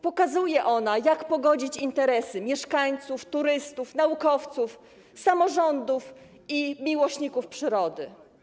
Pokazuje ona, jak pogodzić interesy mieszkańców, turystów, naukowców, samorządów i miłośników przyrody.